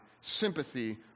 sympathy